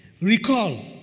Recall